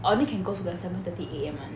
I only can go for the seven thirty A_M [one]